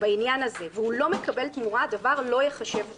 בעניין הזה והוא לא מקבל תמורה הדבר לא ייחשב פרישה.